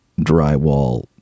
drywall